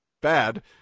Bad